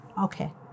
Okay